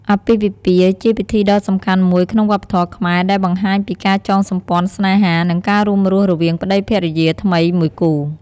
អាពាហ៍ពិពាហ៍ ជាពិធីដ៏សំខាន់មួយក្នុងវប្បធម៌ខ្មែរ ដែលបង្ហាញពីការចងសម្ព័ន្ធស្នេហា និងការរួមរស់រវាងប្ដីភរិយាថ្មីមួយគូ។